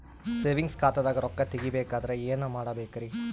Savings ಖಾತಾದಾಗ ರೊಕ್ಕ ತೇಗಿ ಬೇಕಾದರ ಏನ ಮಾಡಬೇಕರಿ?